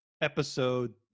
episode